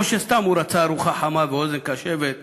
או שסתם רצה ארוחה חמה ואוזן קשבת במערב-אירופה.